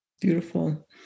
Beautiful